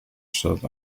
stadt